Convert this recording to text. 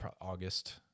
August